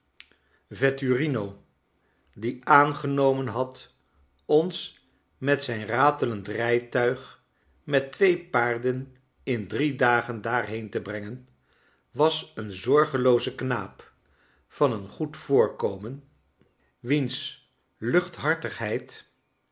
vetturino die aangenomen had ons met zijn ratelend rijtuig met twee paarden in drie dagen daarheen te brengen was een zorgelooze knaap van een goed voorkomen wiens